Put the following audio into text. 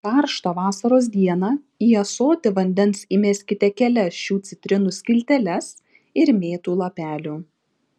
karštą vasaros dieną į ąsotį vandens įmeskite kelias šių citrinų skilteles ir mėtų lapelių